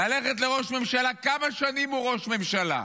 ללכת לראש ממשלה, כמה שנים הוא ראש ממשלה?